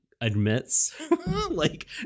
admits—like